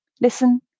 Listen